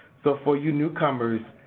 so for you newcomers,